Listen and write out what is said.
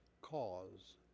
cause